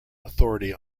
authority